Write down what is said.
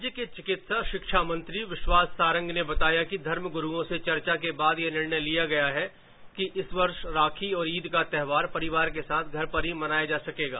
राज्य के चिकित्सा शिक्षा मंत्री विश्वास सारंग ने बताया कि धर्मग्रुओं से चर्चा के बाद यह निर्णय लिया गया है कि इस वर्ष राखी और ईद का त्यौहार परिवार के साथ घर पर ही मनाया जा सकेगा